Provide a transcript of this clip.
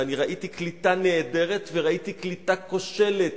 ואני ראיתי קליטה נהדרת וראיתי קליטה כושלת,